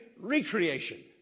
recreation